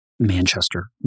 Manchester